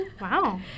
wow